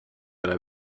ole